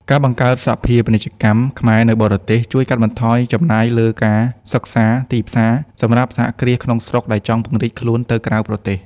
ការបង្កើតសភាពាណិជ្ជកម្មខ្មែរនៅបរទេស ជួយកាត់បន្ថយចំណាយលើ "ការសិក្សាទីផ្សារ" សម្រាប់សហគ្រាសក្នុងស្រុកដែលចង់ពង្រីកខ្លួនទៅក្រៅប្រទេស។